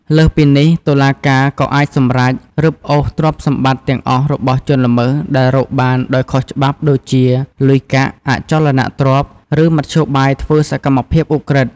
លើសពីនេះ តុលាការក៏អាចសម្រេច រឹបអូសទ្រព្យសម្បត្តិទាំងអស់របស់ជនល្មើសដែលរកបានដោយខុសច្បាប់ដូចជា លុយកាក់ អចលនទ្រព្យ ឬមធ្យោបាយធ្វើសកម្មភាពឧក្រិដ្ឋ។